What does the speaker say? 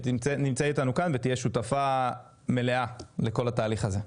שנמצאת איתנו כאן ותהיה שותפה מלא לכל התהליך הזה.